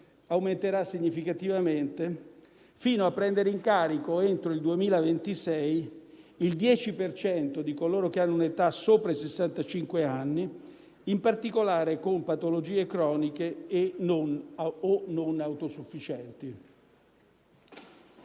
aumenterà significativamente, fino a prendere in carico, entro il 2026, il 10 per cento di coloro che hanno un'età sopra i sessantacinque anni, in particolare con patologie croniche o non autosufficienti.